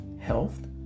health